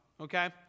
Okay